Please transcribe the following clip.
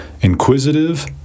Inquisitive